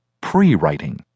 pre-writing